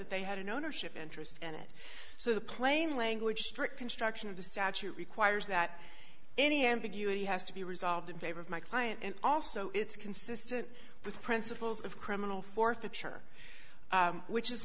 that they had an ownership interest in it so the plain language strict construction of the statute requires that any ambiguity has to be resolved in favor of my client and also it's consistent with principles of criminal forfeiture which is